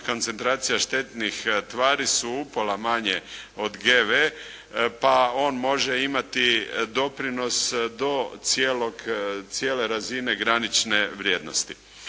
koncentracija štetnih tvari su upola manje od GV pa on može imati doprinos do cijele razine granične vrijednosti.